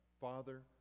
Father